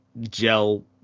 gel